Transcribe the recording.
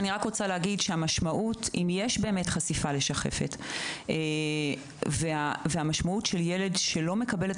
אם יש באמת חשיפה לשחפת המשמעות של ילד שלא מקבל את